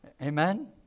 Amen